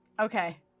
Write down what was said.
Okay